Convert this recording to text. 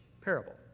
parable